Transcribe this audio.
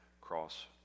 cross